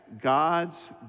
God's